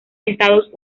estados